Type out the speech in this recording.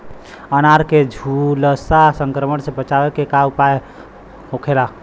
अनार के झुलसा संक्रमण से बचावे के उपाय का होखेला?